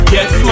Yes